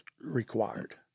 required